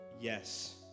yes